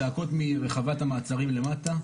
צעקות מרחבת המעצרים למטה.